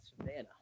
Savannah